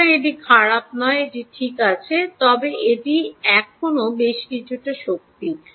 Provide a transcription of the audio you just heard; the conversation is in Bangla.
সুতরাং এটি খারাপ নয় এটি ঠিক আছে তবে এটি এখনও বেশ কিছুটা শক্তি